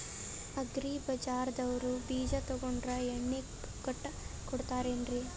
Agri ಬಜಾರದವ್ರು ಬೀಜ ತೊಗೊಂಡ್ರ ಎಣ್ಣಿ ಪುಕ್ಕಟ ಕೋಡತಾರೆನ್ರಿ?